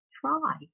try